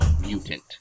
mutant